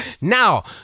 Now